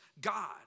God